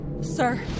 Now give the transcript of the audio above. Sir